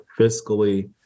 fiscally